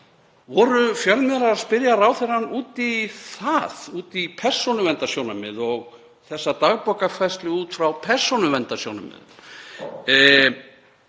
Voru fjölmiðlar að spyrja ráðherrann út í það, út í persónuverndarsjónarmið og þessa dagbókarfærslu út frá persónuverndarsjónarmiðum?